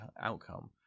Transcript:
outcome